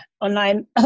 online